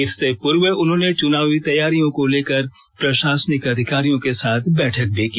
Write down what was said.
इससे पूर्व उन्होंने चुनावी तैयारियों को लेकर प्रशासनिक अधिकारियों के साथ बैठक भी की